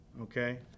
okay